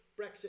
brexit